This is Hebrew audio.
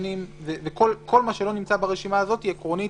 כל מה שלא נמצא ברשימה הזאת, עקרונית,